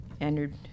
entered